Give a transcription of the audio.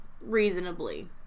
reasonably